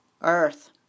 Earth